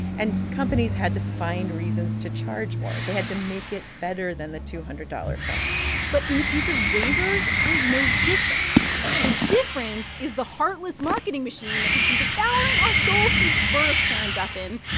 and companies had to find reasons to charge more. they had to make it better than the two hundred dollars phone but in the case of razors, there's no difference i know the difference is the heartless marketing machine that has been devouring our souls since birth, karen duffin.